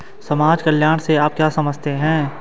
समाज कल्याण से आप क्या समझते हैं?